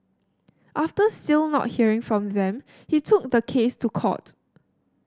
after still not hearing from them he took the case to court